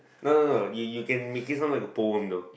no no no you you can make it sound like a poem though